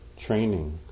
training